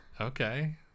Okay